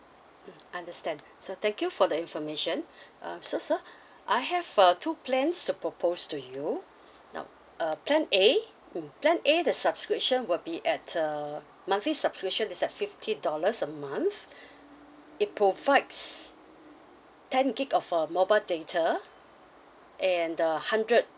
mm understand so thank you for the information uh so sir I have uh two plans to propose to you now uh plan A plan A the subscription will be at uh monthly subscription is at fifty dollars a month it provides ten gig of uh mobile data and uh hundred